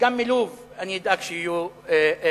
וגם מלוב אני אדאג שיהיה סיוע,